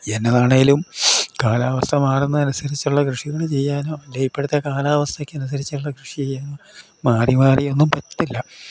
എന്നതാണെങ്കിലും കാലാവസ്ഥ മാറുന്നതിന് അനുസരിച്ചുള്ള കൃഷികൾ ചെയ്യാനോ അല്ലേ ഇപ്പോഴത്തെ കാലാവസ്ഥയ്ക്ക് അനുസരിച്ചുള്ള കൃഷി ചെയ്യാനോ മാറി മാറിയൊന്നും പറ്റത്തില്ല